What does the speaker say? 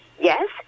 yes